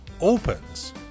opens